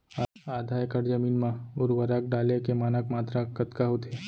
आधा एकड़ जमीन मा उर्वरक डाले के मानक मात्रा कतका होथे?